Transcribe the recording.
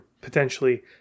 potentially